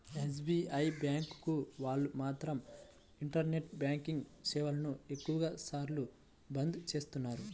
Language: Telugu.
ఎస్.బీ.ఐ బ్యాంకు వాళ్ళు మాత్రం ఇంటర్నెట్ బ్యాంకింగ్ సేవలను ఎక్కువ సార్లు బంద్ చేస్తున్నారు